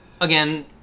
again